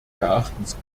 erachtens